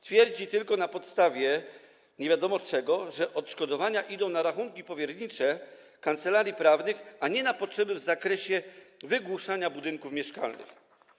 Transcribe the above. Twierdzi, tylko na podstawie nie wiadomo czego, że odszkodowania idą na rachunki powiernicze kancelarii prawnych, a nie na potrzeby w zakresie wygłuszania budynków mieszkalnych.